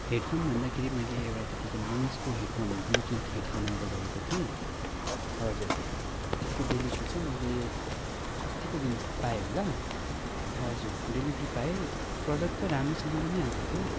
headphone भन्दाखेरि मैले एउटा तपाईँको नोइसको हेडफोन ब्लुतुथ हेडफोन अर्डर गरेको थिएँ हजुर त्यसको डेलिभरी चाहिँ मैले अस्तीको दिन पाएँ होला हजुर डेलिभरी पाएँ प्रडक्ट चाहिँ राम्रोसँगले नै आएको थियो